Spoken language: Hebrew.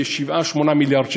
8-7 מיליארד שקל.